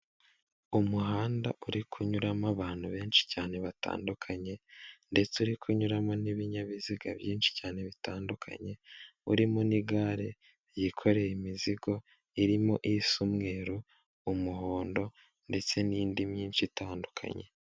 Umuhanda uri kunyuramo abantu benshi cyane batandukanye ndetse uri kunyuramo n'ibinyabiziga byinshi cyane bitandukanye, urimo n'igare yikoreye imizigo irimo isa umweru, umuhondo ndetse n'indi myinshi itandukanye.